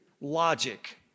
logic